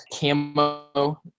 camo